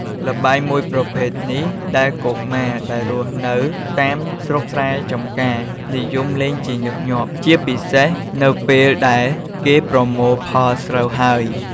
ល្បែងមួយប្រភេទនេះដែលកុមារដែលរស់នៅតាមស្រុកស្រែចំការនិយមលេងជាញឹកញាក់ជាពិសេសនៅពេលដែលគេប្រមូលផលស្រូវហើយ។